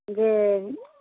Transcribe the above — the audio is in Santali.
ᱡᱮ